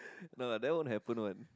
no lah that won't happen one